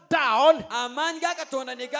down